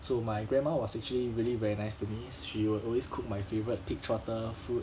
so my grandma was actually really very nice to me she would always cook my favourite pig trotter foot